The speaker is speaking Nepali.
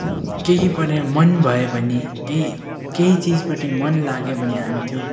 केही पनि मन भयो भने केही केही चिजपट्टि मन लाग्यो भने हामी त्यो